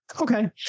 Okay